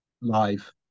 live